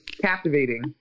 captivating